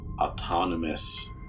autonomous